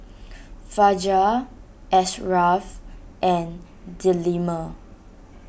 Fajar Ashraff and Delima